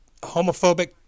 homophobic